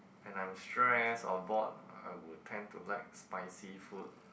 when I'm stress or bored I would tend to like spicy food